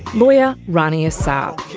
lawyer rania saab.